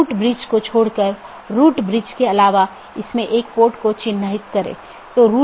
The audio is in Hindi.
NLRI का उपयोग BGP द्वारा मार्गों के विज्ञापन के लिए किया जाता है